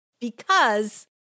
Because-